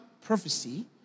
prophecy